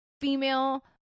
female